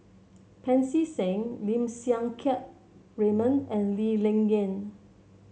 Pancy Seng Lim Siang Keat Raymond and Lee Ling Yen